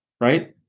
right